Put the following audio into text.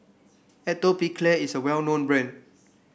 atopiclair is a well known brand